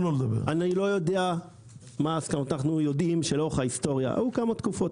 אנחנו יודעים שלאורך ההיסטוריה היו כמה תקופות,